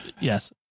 Yes